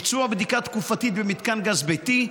ביצוע בדיקה תקופתית במתקן גז ביתי,